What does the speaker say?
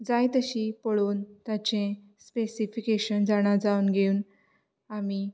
जाय तशी पळोवन ताचें स्पेसीफीकेशन जाणा जावन घेवन आमी